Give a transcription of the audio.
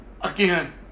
again